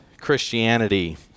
Christianity